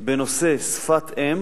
בנושא שפת-אם